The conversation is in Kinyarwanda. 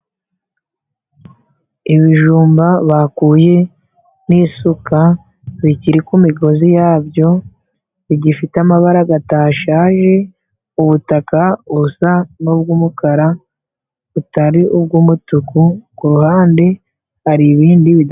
Ibijumba bakuye n'isuka bikiri ku migozi yabyo，bigifite amabara gatashaje，ubutaka busa n'ubwumukara，butari ubw'umutuku， ku ruhande hari ibindi bitabire.